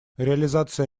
реализация